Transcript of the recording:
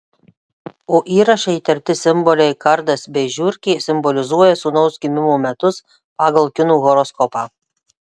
o įraše įterpti simboliai kardas bei žiurkė simbolizuoja sūnaus gimimo metus pagal kinų horoskopą